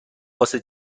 واسه